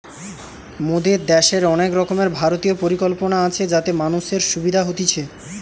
মোদের দ্যাশের অনেক রকমের ভারতীয় পরিকল্পনা আছে যাতে মানুষের সুবিধা হতিছে